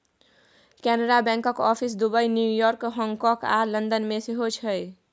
कैनरा बैंकक office Dubai, New York, हाँगकाँग आ लंदन मे सेहो छै